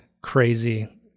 crazy